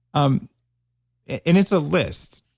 um and it's a list.